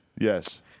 Yes